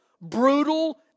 brutal